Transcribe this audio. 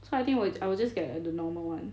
so I think I will just get a normal [one]